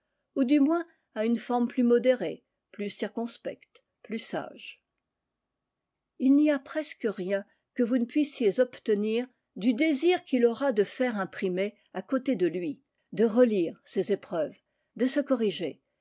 ou du moins à une forme plus modérée plus circonspecte plus sage il n'y a presque rien que vous ne puissiez obtenir du désir qu'il aura de faire imprimer à côté de lui de relire ses épreuves de se corriger